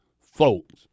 folks